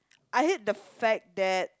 I hate the fact that